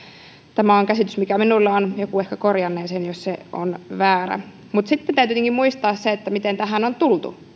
tämä on käsitys mikä minulla on joku ehkä korjannee sen jos se on väärä mutta sitten täytyy tietenkin muistaa se miten tähän on tultu tähän on